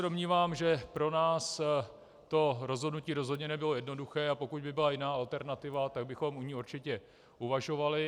Domnívám se, že pro nás to rozhodnutí rozhodně nebylo jednoduché, a pokud by byla jiná alternativa, tak bychom o ní určitě uvažovali.